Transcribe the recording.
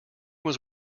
was